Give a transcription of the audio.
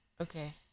Okay